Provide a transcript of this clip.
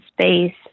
space